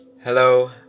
Hello